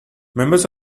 members